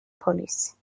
police